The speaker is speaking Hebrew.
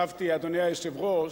הכול חשבתי, אדוני היושב ראש,